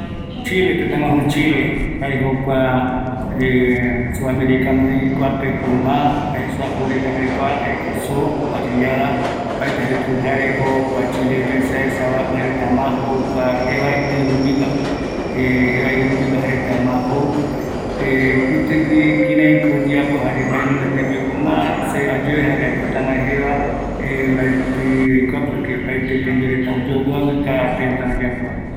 ﻿Chile tetaguasu, jaejokua sudamericanovi kuape ko ma aesa joureta jae kua, jae ko zo, parrillada opaete Chile jaereta jou jareko kua Chilepe se aesava, jaereta ma jou kua jevae irupigua jae irupigua jaereta ma jou kutigui kireiko oyeapo jare mbaenunga tembiu ko ma ayue jare aipota amae jeva mbaeti aikua, porque opaete tembiureta oyuavi cada teta oyeapova